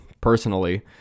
personally